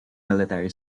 military